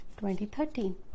2013